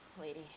lady